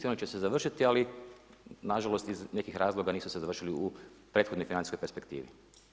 Oni će se završiti, ali nažalost, iz nekih razloga nisu se dovršili u prethodnoj financijskoj perspektivi.